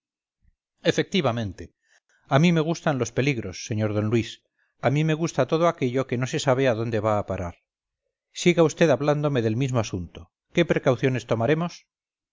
efectivamente a mí me gustan los peligros señor d luis a mí me gusta todo aquello que no se sabe a dónde va a parar siga vd hablándome del mismo asunto qué precauciones tomaremos